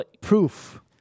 proof